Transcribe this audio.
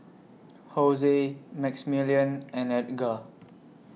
Jose Maximillian and Edgar